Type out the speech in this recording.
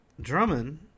Drummond